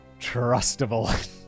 trustable